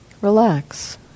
Relax